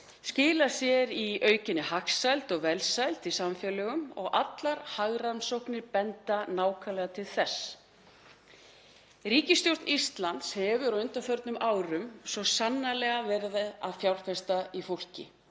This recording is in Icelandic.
skilar sér í aukinni hagsæld og velsæld í samfélögum og allar hagrannsóknir benda nákvæmlega til þess. Ríkisstjórn Íslands hefur á undanförnum árum svo sannarlega verið að fjárfesta í fólki